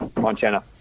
montana